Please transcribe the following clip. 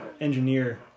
engineer